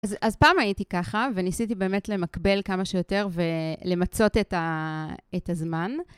אז פעם הייתי ככה, וניסיתי באמת למקבל כמה שיותר ולמצות את הזמן.